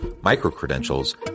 micro-credentials